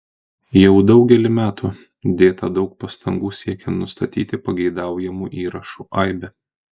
jau daugelį metų dėta daug pastangų siekiant nustatyti pageidaujamų įrašų aibę